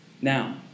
Now